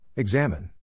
Examine